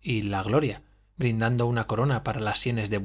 y la gloria brindando una corona para las sienes de